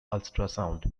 ultrasound